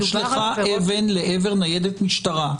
הושלכה אבן לעבר ניידת משטרה.